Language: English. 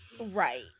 Right